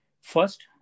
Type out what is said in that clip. First